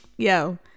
Yo